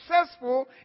successful